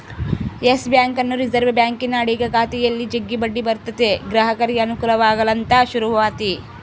Yes ಬ್ಯಾಂಕನ್ನು reserve ಬ್ಯಾಂಕಿನ ಅಡಿಗ ಖಾತೆಯಲ್ಲಿ ಜಗ್ಗಿ ಬಡ್ಡಿ ಬರುತತೆ ಗ್ರಾಹಕರಿಗೆ ಅನುಕೂಲವಾಗಲಂತ ಶುರುವಾತಿ